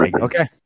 Okay